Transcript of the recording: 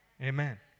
Amen